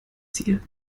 ziel